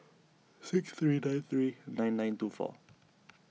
six three nine three nine nine two four